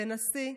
תנסי,